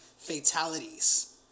fatalities